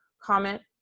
comment,